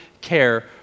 care